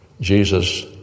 Jesus